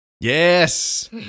Yes